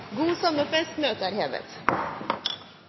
God sommerfest! Møtet er hevet!